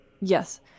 Yes